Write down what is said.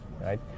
right